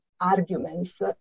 arguments